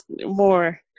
more